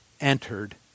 entered